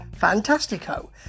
Fantastico